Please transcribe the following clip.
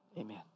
Amen